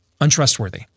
untrustworthy